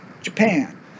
Japan